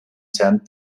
tent